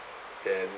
then